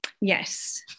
yes